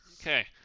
Okay